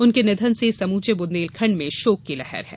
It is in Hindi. उनके निधन से समूचे बुंदेलखण्ड में शोक की लहर है